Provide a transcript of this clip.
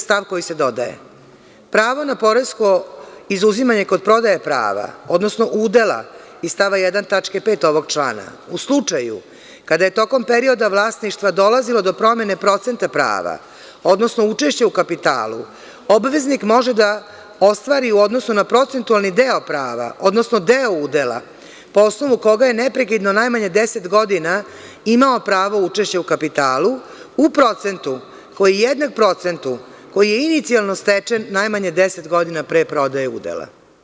Stav koji se dodaje – Pravo na poresko izuzimanje kod prodaje prava, odnosno udela iz stava 1. tačke 5) ovog člana u slučaju kada je tokom perioda vlasništva dolazilo do promene procenta prava, odnosno učešća u kapitalu, obveznik može da ostvari u odnosu na procentualni deo prava, odnosno deo udela po osnovu koga je neprekidno najmanje deset godina imao pravo učešća u kapitalu u procentu koji je jednak procentu koji je inicijalno stečen najmanje deset godina pre prodaje udela.